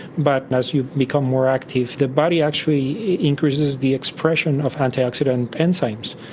but as you become more active the body actually increases the expression of antioxidant enzymes.